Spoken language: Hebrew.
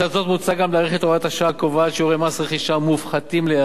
מוצע גם להאריך את הוראת השעה הקובעת שיעורי מס רכישה מופחתים ליחיד